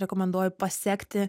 rekomenduoju pasekti